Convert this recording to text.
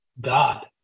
God